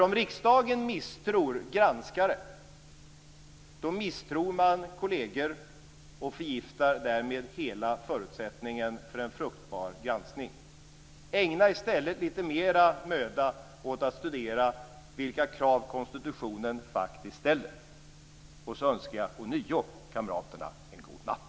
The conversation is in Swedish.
Om riksdagen misstror granskare, misstror man kolleger och förgiftar därmed hela förutsättningen för en fruktbar granskning. Ägna i stället lite mer möda åt att studera vilka krav konstitutionen ställer. Sedan önskar jag ånyo kamraterna en god natt!